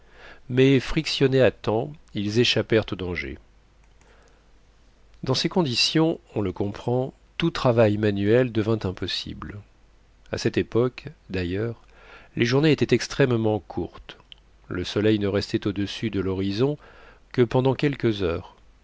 mais frictionnés à temps ils échappèrent au danger dans ces conditions on le comprend tout travail manuel devint impossible à cette époque d'ailleurs les journées étaient extrêmement courtes le soleil ne restait au-dessus de l'horizon que pendant quelques heures